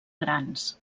grans